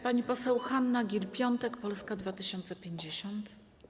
Pani poseł Hanna Gill-Piątek, Polska 2050.